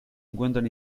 encuentran